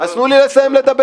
אז תנו לי לסיים לדבר.